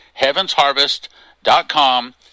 HeavensHarvest.com